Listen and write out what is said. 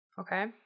Okay